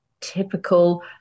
typical